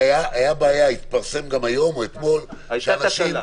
אתמול התפרסם שיש תקלות.